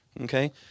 Okay